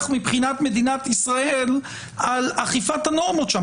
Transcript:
מבחינת מדינת ישראל על אכיפת הנורמות שם?